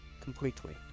Completely